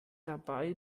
dabei